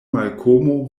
malkomo